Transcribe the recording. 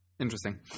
Interesting